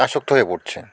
আসক্ত হয়ে পড়ছে